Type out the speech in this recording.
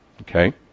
Okay